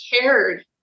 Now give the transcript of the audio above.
cared